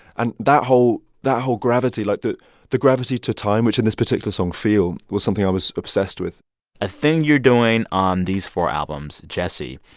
and that whole that whole gravity like, the the gravity to time which, in this particular song, feel, was something i was obsessed with a thing you're doing on these four albums, djesse,